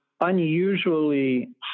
unusually